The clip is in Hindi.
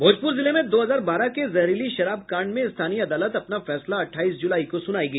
भोजपुर जिले में दो हजार बारह के जहरीली शराब कांड में स्थानीय अदालत अपना फैसला अठाईस जुलाई को सुनायेगी